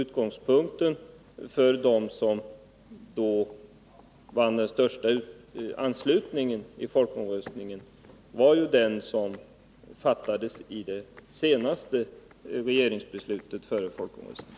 Utgångspunkten för dem som vann den största anslutningen vid folkomröstningen var ju det senaste regeringsbeslutet före folkomröstningen.